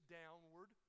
downward